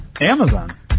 Amazon